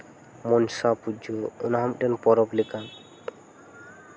ᱢᱚᱱᱥᱟ ᱯᱩᱡᱟᱹ ᱚᱱᱟ ᱦᱚᱸ ᱢᱤᱫᱴᱮᱱ ᱯᱚᱨᱚᱵᱽ ᱞᱮᱠᱟᱱ